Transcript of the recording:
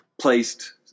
placed